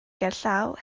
gerllaw